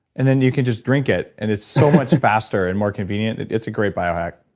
and then you can just drink it and it's so much faster and more convenient. it's a great biohack.